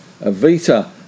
Avita